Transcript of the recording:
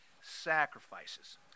sacrifices